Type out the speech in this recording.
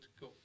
go